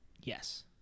Yes